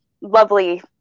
lovely